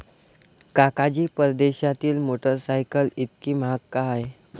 काका जी, परदेशातील मोटरसायकल इतकी महाग का आहे?